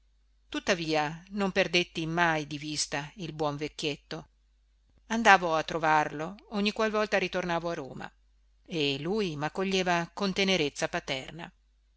tuttavia non perdetti mai di vista il buon vecchietto andavo a trovarlo ogni qualvolta ritornavo a roma e lui maccoglieva con tenerezza paterna